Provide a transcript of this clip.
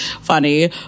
funny